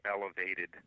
elevated